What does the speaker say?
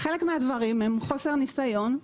חלק מהדברים הם חוסר ניסיון,